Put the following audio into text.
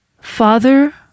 Father